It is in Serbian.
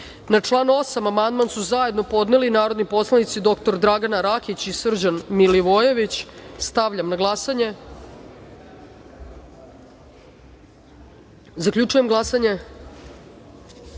član 13. amandman su zajedno podneli narodni poslanici dr Dragana Rakić i Srđan Milivojević. Stavljam na glasanje. Zaključujem glasanje: